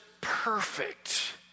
perfect